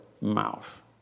mouth